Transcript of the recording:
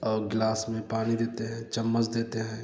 और गिलास में पानी देते हैं चम्मच देते हैं